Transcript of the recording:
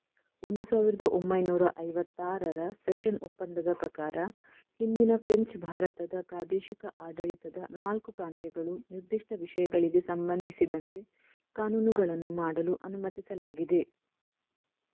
ಒಂದು ಸಾವಿರದ ಒಂಬೈನೂರ ಐವತ್ತಾರರ ಸೆಷನ್ ಒಪ್ಪಂದದ ಪ್ರಕಾರ ಹಿಂದಿನ ಫ್ರೆಂಚ್ ಭಾರತದ ಪ್ರಾದೇಶಿಕ ಆಡಳಿತದ ನಾಲ್ಕು ಪ್ರಾಂತ್ಯಗಳು ನಿರ್ದಿಷ್ಟ ವಿಷಯಗಳಿಗೆ ಸಂಬಂಧಿಸಿದಂತೆ ಕಾನೂನುಗಳನ್ನು ಮಾಡಲು ಅನುಮತಿಸಲಾಗಿದೆ